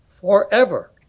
forever